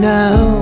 now